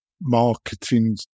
marketing